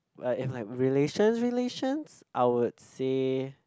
like if like relations relations I would say